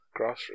Grassroots